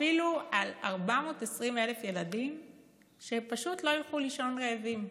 אפילו על 420,000 ילדים שפשוט לא ילכו לישון רעבים.